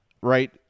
Right